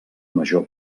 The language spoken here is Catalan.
major